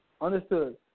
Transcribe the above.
Understood